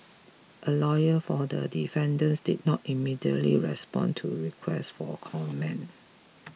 a lawyer for the defendants did not immediately respond to requests for comment